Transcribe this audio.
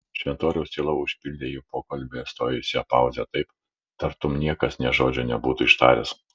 šventoriaus tyla užpildė jų pokalbyje stojusią pauzę taip tartum niekas nė žodžio nebūtų ištaręs